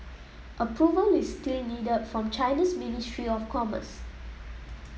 approval is still needed from China's ministry of commerce